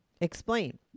Explain